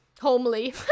homely